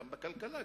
גם בכלכלה,